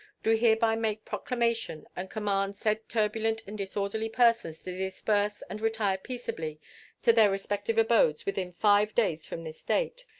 do hereby make proclamation and command said turbulent and disorderly persons to disperse and retire peaceably to their respective abodes within five days from this date,